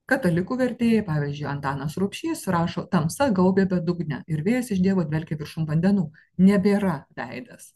katalikų vertėjai pavyzdžiui antanas rubšys rašo tamsa gaubė bedugnę ir vėjas iš dievo dvelkė viršum vandenų nebėra veidas